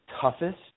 toughest